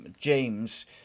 James